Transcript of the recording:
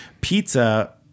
Pizza